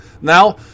Now